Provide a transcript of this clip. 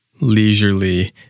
leisurely